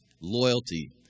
Loyalty